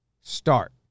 start